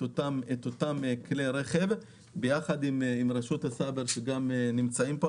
אותם כלי רכב יחד עם רשות הסייבר שנמצאים פה.